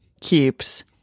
keeps